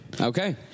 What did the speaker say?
Okay